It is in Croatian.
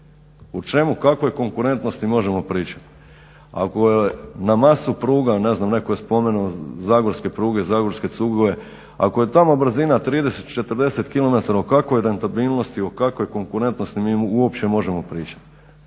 U čemu, kakvoj konkurentnosti možemo pričati? Ako na masu pruga, ne znam netko je spomenuo zagorske pruge, zagorske cugove, ako je tamo brzina 30, 40 km o kakvoj rentabilnosti, o kakvoj konkurentnosti mi uopće možemo pričati?